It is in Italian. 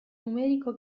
numerico